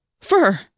Fur